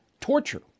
torture